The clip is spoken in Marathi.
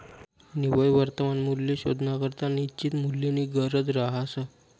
निव्वय वर्तमान मूल्य शोधानाकरता निश्चित मूल्यनी गरज रहास